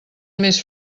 més